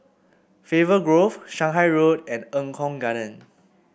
Faber Grove Shanghai Road and Eng Kong Garden